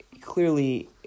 clearly